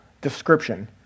description